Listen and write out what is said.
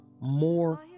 more